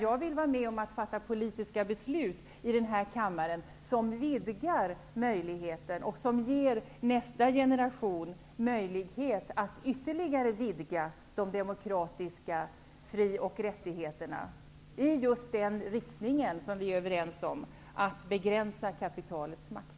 Jag vill vara med om att i denna kammare fatta politiska beslut som vidgar möjligheter och ger nästa generation möjlighet att ytterligare vidga de demokratiska fri och rättigheterna i den riktning vi är överens om, nämligen genom att begränsa kapitalets makt.